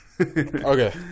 Okay